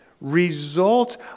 result